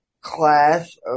class